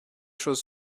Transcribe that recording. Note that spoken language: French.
choses